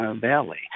Valley